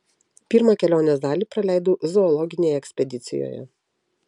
pirmą kelionės dalį praleidau zoologinėje ekspedicijoje